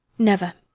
never.